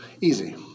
Easy